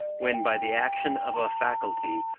when, by the action of a faculty,